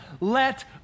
Let